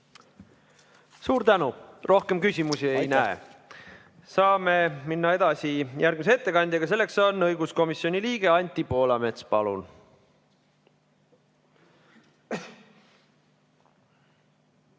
Suur tänu! Rohkem küsimusi ei näe. Saame minna edasi järgmise ettekandjaga, kelleks on õiguskomisjoni liige Anti Poolamets. Palun!